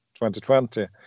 2020